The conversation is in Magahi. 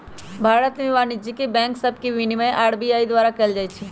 भारत में वाणिज्यिक बैंक सभके विनियमन आर.बी.आई द्वारा कएल जाइ छइ